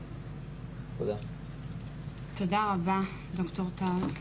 תודה רבה, ד"ר טל.